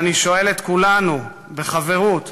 ואני שואל את כולנו, בחברות: